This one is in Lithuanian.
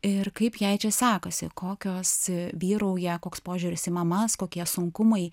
ir kaip jai čia sekasi kokios vyrauja koks požiūris į mamas kokie sunkumai